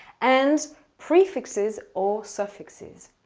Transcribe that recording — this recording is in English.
and prefixes or suffixes.